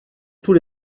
tous